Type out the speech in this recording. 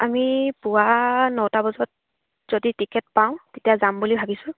আমি পুৱা নটা বজাত যদি টিকেট পাওঁ তেতিয়া যাম বুলি ভাবিছোঁ